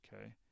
okay